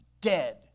dead